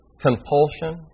compulsion